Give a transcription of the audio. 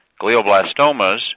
Glioblastomas